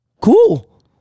cool